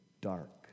dark